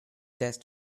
test